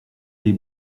les